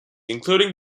including